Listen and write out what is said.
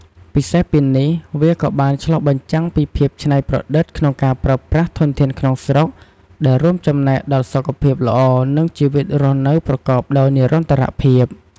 ពិសេសពីនេះ វាក៏បានឆ្លុះបញ្ចាំងពីភាពច្នៃប្រឌិតក្នុងការប្រើប្រាស់ធនធានក្នុងស្រុក ដែលរួមចំណែកដល់សុខភាពល្អ និងជីវិតរស់នៅប្រកបដោយនិរន្តរភាព។